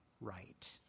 right